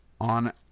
on